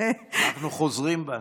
אנחנו חוזרים בנו.